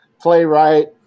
playwright